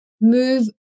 move